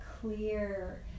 clear